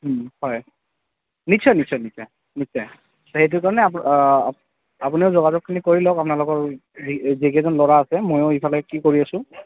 হয় নিশ্চয় নিশ্চয় নিশ্চয় নিশ্চয় সেইটো কাৰণে আপুনিও যোগাযোগখিনি কৰি লওক আপোনালোকৰ যিকেইজন ল'ৰা আছে ময়ো ইফালে কি কৰি আছোঁ